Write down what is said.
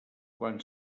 quan